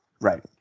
right